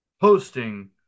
hosting